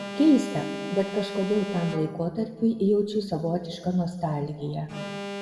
keista bet kažkodėl tam laikotarpiui jaučiu savotišką nostalgiją